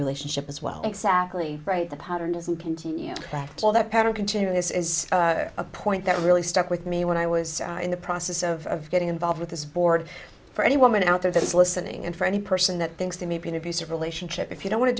relationship as well exactly right the patterns and continue back to that pattern continue this is a point that really stuck with me when i was in the process of getting involved with this board for any woman out there that is listening and for any person that thinks there may be an abusive relationship if you don't want to